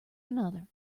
another